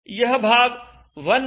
यह भाग TS है